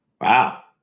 Wow